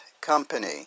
Company